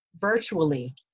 virtually